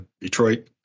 Detroit